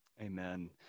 Amen